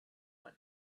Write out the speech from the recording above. one